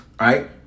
Right